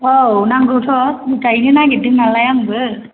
औ नांगौथ' गाइनो नागिरदों नालाय आंबो